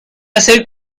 hacer